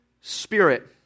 spirit